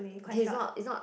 okay is not is not